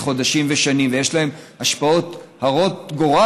חודשים ושנים ויש להן השפעות הרות גורל,